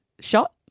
shot